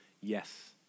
yes